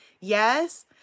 yes